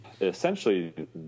essentially